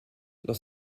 dans